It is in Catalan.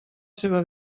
seua